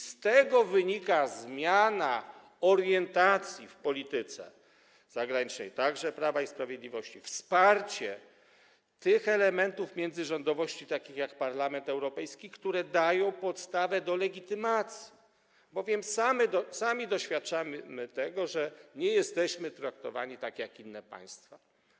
Z tego wynika zmiana orientacji w polityce zagranicznej, także Prawa i Sprawiedliwości, wsparcie tych elementów międzyrządowości, takich jak Parlament Europejski, które dają podstawę do legitymacji, bowiem sami doświadczamy tego, że nie jesteśmy traktowani tak jak inne państwa.